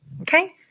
Okay